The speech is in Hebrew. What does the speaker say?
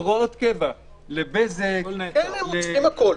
הוראות קבע לבזק -- הם עוצרים הכול.